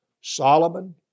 Solomon